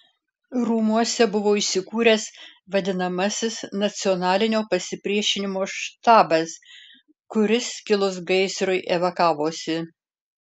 rūmuose buvo įsikūręs vadinamasis nacionalinio pasipriešinimo štabas kuris kilus gaisrui evakavosi